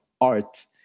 art